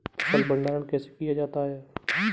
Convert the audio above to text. फ़सल भंडारण कैसे किया जाता है?